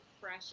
fresh